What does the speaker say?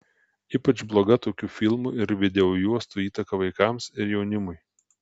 ypač bloga tokių filmų ar videojuostų įtaka vaikams ir jaunimui